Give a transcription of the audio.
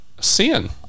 sin